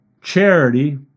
charity